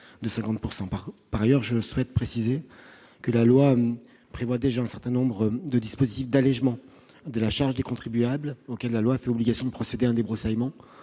de 50 %. Par ailleurs, je souhaite préciser que la loi prévoit déjà un certain nombre de dispositifs d'allégement de la charge des contribuables auxquels la loi fait obligation de procéder à un débroussaillement